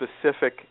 specific